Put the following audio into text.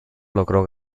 logró